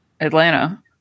Atlanta